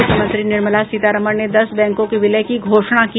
वित्त मंत्री निर्मला सीतारमन ने दस बैंकों के विलय की घोषणा की